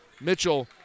Mitchell